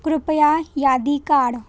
कृपया यादी काढ